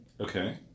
Okay